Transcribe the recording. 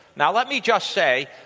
now let me just say,